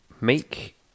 Make